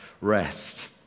rest